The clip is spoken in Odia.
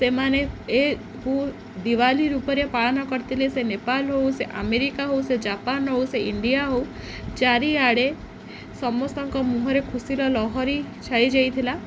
ସେମାନେ ଏ କୁ ଦିୱାଲୀ ରୂପରେ ପାଳନ କରିଥିଲେ ସେ ନେପାଲରୁ ହଉ ସେ ଆମେରିକା ହଉ ସେ ଜାପାନ ହଉ ସେ ଇଣ୍ଡିଆ ହଉ ଚାରିଆଡ଼େ ସମସ୍ତଙ୍କ ମୁହଁରେ ଖୁସିର ଲହରି ଛାଇ ଯାଇଥିଲା